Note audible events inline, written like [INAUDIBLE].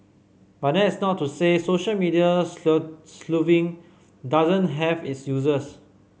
but that's not to say social medias [UNINTELLIGIBLE] sleuthing doesn't have its uses